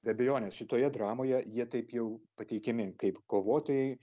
be abejonės šitoje dramoje jie taip jau pateikiami kaip kovotojai